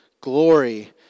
glory